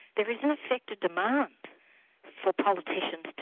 there is in effect a demand for politicians but